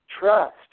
trust